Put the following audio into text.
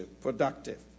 productive